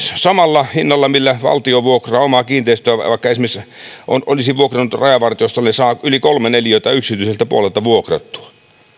samalla hinnalla millä valtio vuokraa omaa kiinteistöään olisi vaikka esimerkiksi vuokrannut rajavartiostolle olisi saanut yli kolme neliötä yksityiseltä puolelta vuokrattua